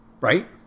Right